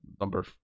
number